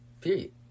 Period